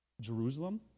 Jerusalem